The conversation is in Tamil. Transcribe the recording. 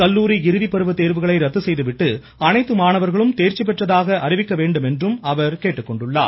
கல்லூரி இறுதிப்பருவ தேர்வுகளை ரத்து செய்துவிட்டு அனைத்து மாணவர்களும் தேர்ச்சிபெற்றதாக அறிவிக்க வேண்டும் என்றும் அவர் கூறியிருக்கிறார்